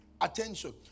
attention